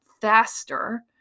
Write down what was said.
Faster